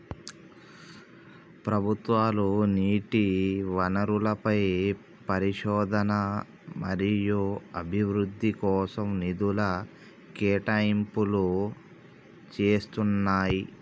ప్రభుత్వాలు నీటి వనరులపై పరిశోధన మరియు అభివృద్ధి కోసం నిధుల కేటాయింపులు చేస్తున్నయ్యి